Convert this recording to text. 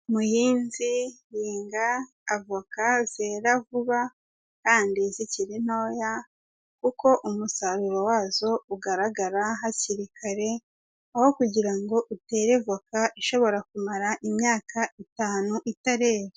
Umuhinzi uhinga avoka zera vuba, kandi zikiri ntoya, kuko umusaruro wazo ugaragara hakiri kare, aho kugira ngo utere voka ishobora kumara imyaka itanu itarera.